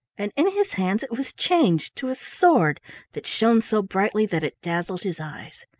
and in his hands it was changed to a sword that shone so brightly that it dazzled his eyes.